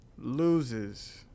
loses